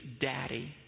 Daddy